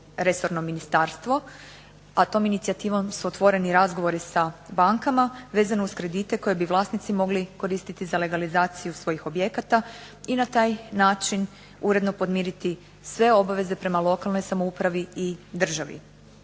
resorno ministarstvo, a tom inicijativom su otvoreni razgovori sa bankama vezano uz kredite koje bi vlasnici mogli koristiti za legalizaciju svojih objekata i na taj način uredno podmiriti sve obaveze prema lokalnoj samoupravi i državi.